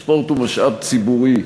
הספורט הוא משאב ציבורי.